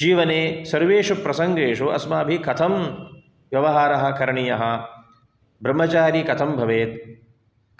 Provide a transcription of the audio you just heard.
जीवने सर्वेषु प्रसङ्गेषु अस्माभिः कथं व्यवहारः करणीयः ब्रह्मचारी कथं भवेत्